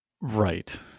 Right